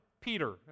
Peter